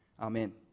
Amen